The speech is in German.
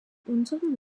unserem